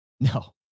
No